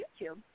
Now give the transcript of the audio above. YouTube